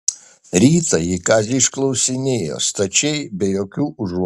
rytą ji kazį išklausinėjo stačiai be jokių užuolankų